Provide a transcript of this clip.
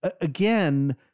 again